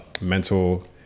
mental